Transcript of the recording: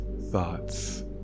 thoughts